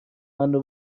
منو